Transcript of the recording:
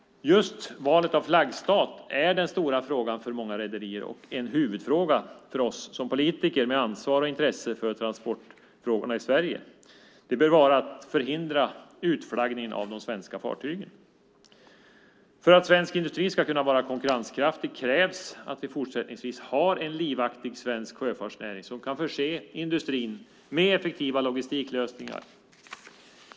Valet av flaggstat är den stora frågan för många rederier. En huvudfråga för oss som politiker med ansvar och intresse för transportfrågorna i Sverige bör vara att förhindra utflaggningen av de svenska fartygen. För att svensk industri ska kunna vara konkurrenskraftig krävs att vi fortsättningsvis har en livaktig svensk sjöfartsnäring som kan förse industrin med effektiva logistiklösningar.